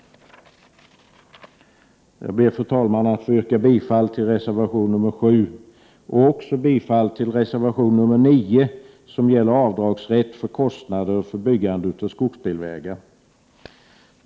Jag ber, fru talman, att få yrka bifall till reservation nr 7 och även till reservation nr 9, som gäller avdragsrätt för kostnader för byggande av skogsbilvägar.